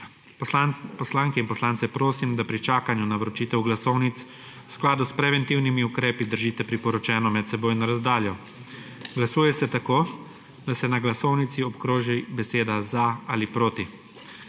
Poslanke in poslance prosim, da pri čakanju na vročitev glasovnic v skladu s preventivnimi ukrepi držite priporočeno medsebojno razdaljo. Glasuje se tako, da se na glasovnici obkroži beseda »za« ali »proti«.